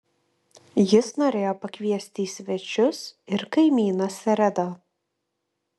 jis norėjo pakviesti į svečius ir kaimyną seredą